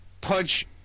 punch